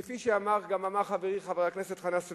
כפי שאמר חברי, חבר הכנסת חנא סוייד,